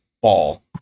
ball